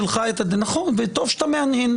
וטוב שאתה מהנהן.